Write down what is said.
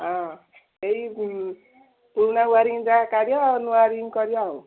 ହଁ ଏଇ ପୁରୁଣା ୱାରିଗିଂ ଯାହା କାଢ଼ିବ ନୂଆ ୱାରିଗିଂ କରିବ ଆଉ